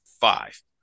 Five